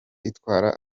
itwara